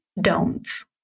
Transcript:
don'ts